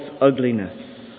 ugliness